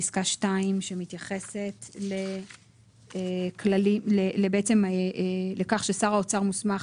פסקה (2) שמתייחסת לכך ששר האוצר מוסמך,